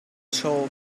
soul